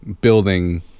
building